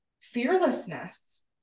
fearlessness